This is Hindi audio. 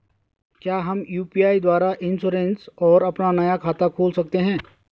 क्या हम यु.पी.आई द्वारा इन्श्योरेंस और अपना नया खाता खोल सकते हैं?